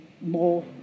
more